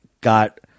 got